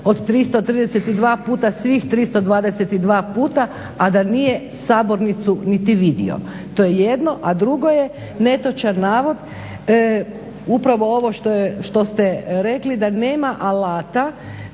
od 332 puta svih 332 puta a da nije sabornicu niti vidio. To je jedno. A drugo je netočan navod upravo ovo što ste rekli da nema alata